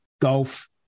golf